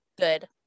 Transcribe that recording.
good